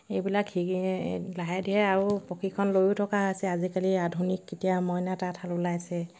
এইবিলাক সেই লাহে ধীৰে আৰু প্ৰশিক্ষণ লৈও থকা হৈছে আজিকালি আধুনিক কেতিয়া মইনা তাঁতশাল ওলাইছে